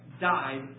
died